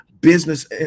business